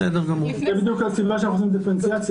זו בדיוק הסיבה שאנחנו עושים הפרדה.